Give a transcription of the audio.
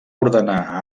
ordenar